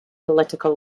political